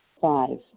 Five